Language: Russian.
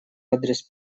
адрес